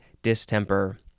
distemper